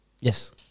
Yes